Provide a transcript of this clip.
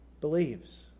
Believes